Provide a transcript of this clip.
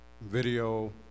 video